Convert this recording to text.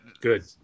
Good